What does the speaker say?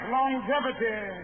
Longevity